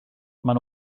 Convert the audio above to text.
maen